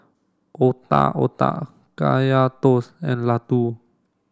Otak Otak Kaya Toast and Laddu